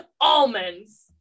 almonds